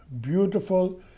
beautiful